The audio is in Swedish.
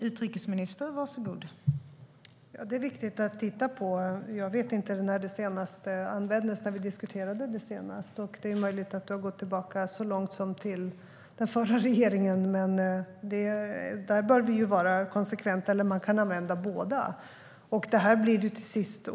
Fru talman! Det är viktigt att titta på. Jag vet inte när vi diskuterade det senast. Det är möjligt att man får gå tillbaka så långt som till den förra regeringen. Där bör vi vara konsekventa, men man kan använda båda.